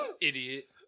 Idiot